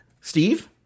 Steve